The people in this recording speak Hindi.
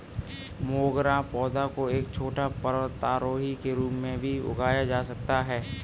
मोगरा पौधा को एक छोटे पर्वतारोही के रूप में भी उगाया जा सकता है